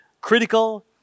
critical